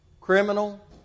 Criminal